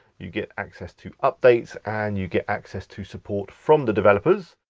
you get access to updates and you get access to support from the developers.